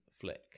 flick